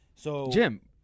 Jim